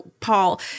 Paul